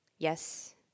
Yes